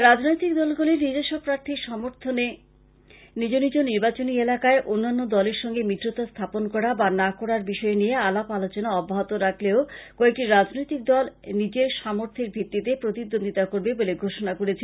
রাজনৈতিক দলগুলি নিজস্ব প্রাথীর সমর্থনে নিজ নিজ নির্বাচনী এলাকায় অন্যান্য দলের সঙ্গে মিত্রতা স্থাপন করা বা না করার বিষয় নিয়ে আলাপ আলোচনা অব্যহত রাখলেও কয়েকটি রাজনৈতিক দল নিজের সামথের ভিত্তিতে প্রতিদ্বন্দ্বিতা করবে বলে ঘোষনা করেছে